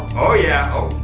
oh yeah, oh.